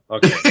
Okay